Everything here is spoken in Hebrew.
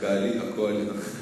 הקואליציה?